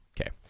Okay